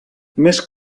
més